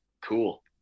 cool